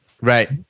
right